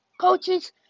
coaches